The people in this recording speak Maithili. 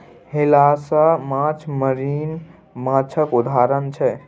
हिलसा माछ मरीन माछक उदाहरण छै